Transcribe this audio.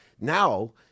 Now